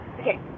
okay